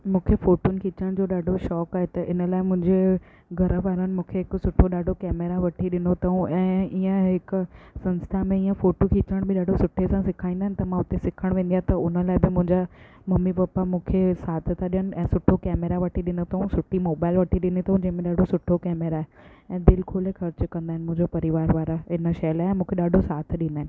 मूंखे फोटुनि खिचण जो ॾाढो शौक़ु आहे त इन लाइ मुंहिंजे घर वारनि मूंखे हिकु सुठो ॾाढो कैमरा वठी ॾिनो अथऊं ऐं ईअं हिकु संस्था में हीअं फोटो खिचण में ॾाढो सुठे सां सिखाईंदा आहिनि त मां हुते सिखण वेंदी आहियां त उन लाइ बि मुंहिंजा मम्मी पप्पा मूंखे साथ त ॾियनि ऐं सुठो कैमरा वठी ॾिनो अथऊं सुठी मोबाइल वठी ॾिनी तऊं जेमे ॾाढो सुठो कैमरा आहे ऐं दिलि खोले ख़र्च कंदा आहिनि मुंहिंजो परिवार वारा इन शइ लाइ ऐं मूंखे ॾाढो साथ ॾींदा आहिनि